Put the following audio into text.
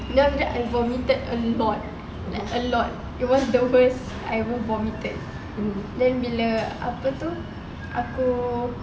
then after that I vomited a lot like a lot it was the worst I ever vomited then bila apa itu aku